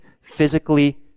physically